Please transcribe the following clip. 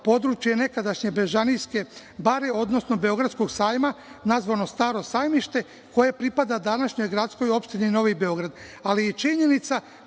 područje nekadašnje Bežanijske bare, odnosno Beogradskog sajma, nazvano Staro sajmište koje pripada današnjoj gradskoj opštini Novi Beograd. Ali, činjenica